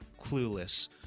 clueless